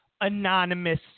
anonymous